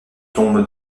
tombe